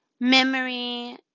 memory